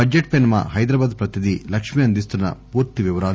budget పై మా హైదరాబాద్ ప్రతినిధి లక్ష్మి అందిస్తున్న పూర్తి వివరాలు